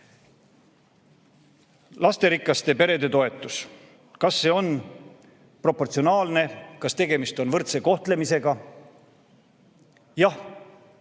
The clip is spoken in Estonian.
lasterikaste perede toetus, kas see on proportsionaalne, kas tegemist on võrdse kohtlemisega? Jah,